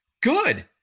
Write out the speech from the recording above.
good